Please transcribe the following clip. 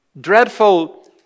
Dreadful